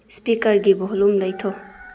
ꯏꯁꯄꯤꯀꯔꯒꯤ volume ꯂꯩꯊꯧ